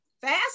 fast